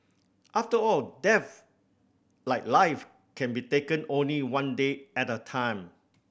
after all death like life can be taken only one day at a time